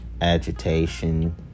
agitation